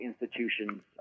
institutions